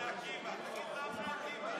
אם לגיטימי או לא לגיטימי.